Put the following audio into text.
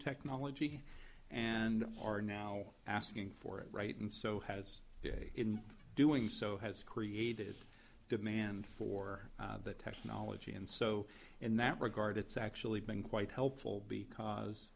technology and are now asking for it right and so has in doing so has created demand for that technology and so in that regard it's actually been quite helpful because